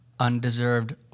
Undeserved